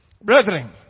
Brethren